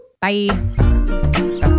Bye